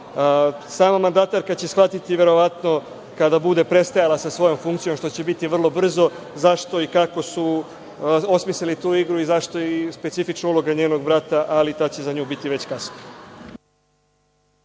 mandatarka će shvatiti, verovatno, kada bude prestajala sa svojom funkcijom, što će biti vrlo brzo, zašto i kako su osmislili tu igru i zašto je specifična uloga njenog brata, ali tad će za nju biti već kasno.